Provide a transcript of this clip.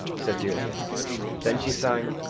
said deirdre then she sang